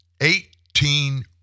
Eighteen